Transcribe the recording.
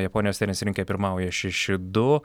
japonijos tenisininkė pirmauja šeši du